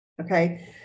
Okay